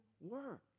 work